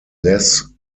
less